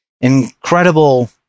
incredible